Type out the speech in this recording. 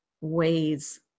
ways